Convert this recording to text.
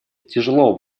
тяжело